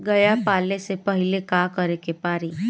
गया पाले से पहिले का करे के पारी?